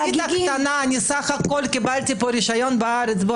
סך הכול קיבלתי רשיון בארץ.